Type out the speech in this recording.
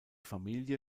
familie